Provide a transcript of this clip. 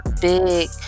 big